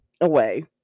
away